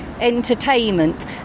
entertainment